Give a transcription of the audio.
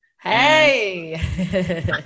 Hey